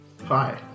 Hi